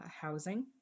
housing